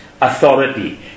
authority